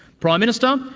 prime minister, um